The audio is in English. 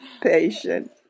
patient